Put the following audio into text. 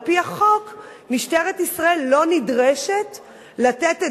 על-פי החוק משטרת ישראל לא נדרשת לתת את